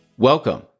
Welcome